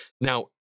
Now